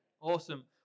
Awesome